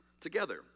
together